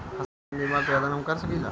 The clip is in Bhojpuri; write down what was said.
फसल बीमा के आवेदन हम कर सकिला?